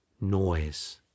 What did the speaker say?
noise